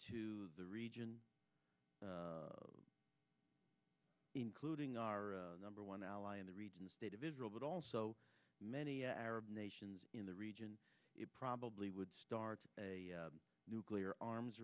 to the region including our number one ally in the region the state of israel but also many arab nations in the region it probably would start a nuclear arms